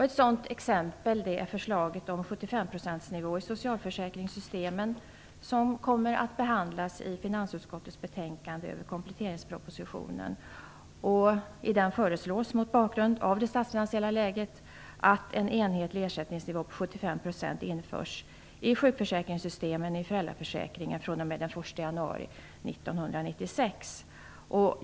Ett sådant exempel är förslaget om 75 procentsnivå i socialförsäkringssystemen, vilket kommer att behandlas i finansutskottets betänkande över kompletteringspropositionen. I den föreslås mot bakgrund av det statsfinansiella läget att en enhetlig ersättningsnivå på 75 % införs i sjukförsäkringssystemen och i föräldraförsäkringen fr.o.m. den 1 januari 1996.